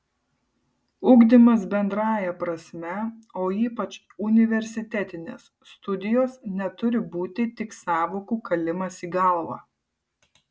ugdymas bendrąja prasme o ypač universitetinės studijos neturi būti tik sąvokų kalimas į galvą